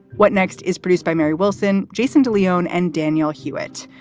what next? is produced by mary wilson, jason de leon and daniel hewitt.